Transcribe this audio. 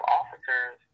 officers